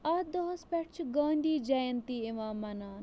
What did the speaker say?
اَتھ دۄہَس پٮ۪ٹھ چھِ گانٛدھی جیَنتی یِوان مَناونہٕ